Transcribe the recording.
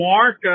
Mark